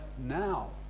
now